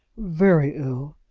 very ill.